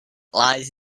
lies